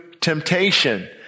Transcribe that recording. temptation